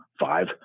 five